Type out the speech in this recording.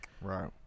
Right